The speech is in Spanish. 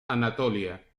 anatolia